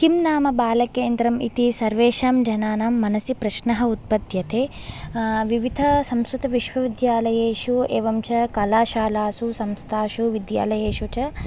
किं नाम बालकेन्द्रम् इति सर्वेषां जनानां मनसि प्रश्नः उत्पद्यते विविध संस्कृत विश्वविद्यालयेषु एवं च कलाशालासु संस्थासु विद्यालयेषु च